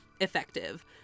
effective